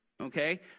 okay